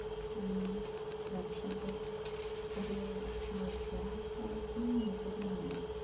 ᱚᱱᱮ ᱵᱮᱵᱥᱟ ᱫᱟ ᱟᱹᱰᱤ ᱥᱚᱦᱚᱡ ᱜᱮᱭᱟ ᱢᱟᱱᱮ ᱤᱧ ᱱᱤᱡᱮᱨᱤᱧ ᱢᱚᱱᱮᱭᱟ